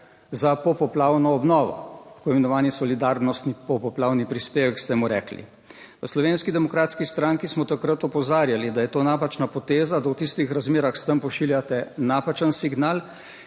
za popoplavno obnovo, tako imenovani solidarnostni poplavni prispevek, ste mu rekli. V Slovenski demokratski stranki smo takrat opozarjali, da je to napačna poteza, da v tistih razmerah s tem pošiljate napačen signal,